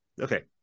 Okay